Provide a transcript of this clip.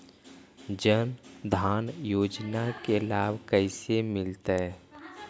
जन धान योजना के लाभ कैसे मिलतै?